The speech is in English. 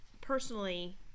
personally